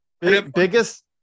biggest